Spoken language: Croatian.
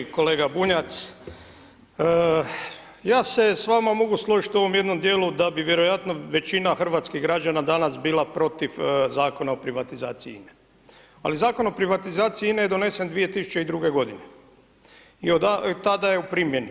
Kolega Bunjac, ja se s vama mogu složit u ovom jednom dijelu da bi vjerojatno većina hrvatskih građana danas bila protiv Zakona o privatizaciji INA-e, ali, Zakon o privatizaciji INA-e je donesen 2002.g. i od tada je u primjeni.